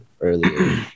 earlier